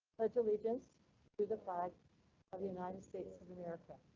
search allegiance to the flag of the united states of america.